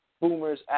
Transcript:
Boomers